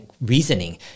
reasoning